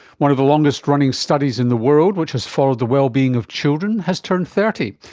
one of the longest running studies in the world which has followed the well-being of children has turned thirty,